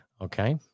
Okay